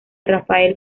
rafael